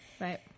Right